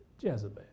Jezebel